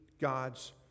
God's